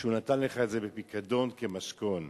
שהוא נתן לך כפיקדון, כמשכון.